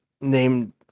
named